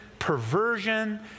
perversion